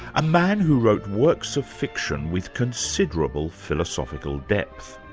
a man who wrote works of fiction with considerable philosophical depth.